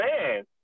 man